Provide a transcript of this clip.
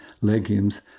legumes